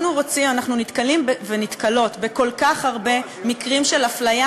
אנחנו נתקלים ונתקלות בכל כך הרבה מקרים של אפליה,